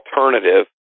alternative